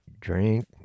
drink